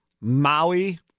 Maui